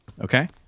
Okay